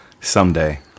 Someday